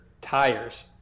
tires